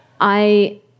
I-